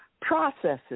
processes